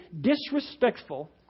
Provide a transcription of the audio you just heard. disrespectful